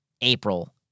April